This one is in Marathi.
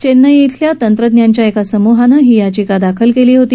चेन्नई इथल्या तंत्रज्ञांच्या एका समूहानं ही याचिका दाखल केली होती